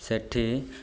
ସେଠି